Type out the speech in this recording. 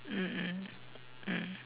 mm mm mm